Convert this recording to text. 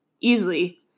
Easily